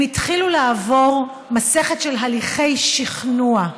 הם התחילו לעבור מסכת של הליכי שכנוע,